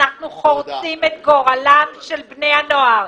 אנו חורצים את גורלם של בני הנוער.